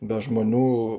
be žmonių